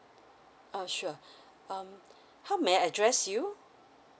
uh sure um how may I address you